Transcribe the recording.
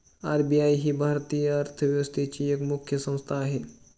RBI ही भारतीय अर्थव्यवस्थेची एक मुख्य संस्था आहे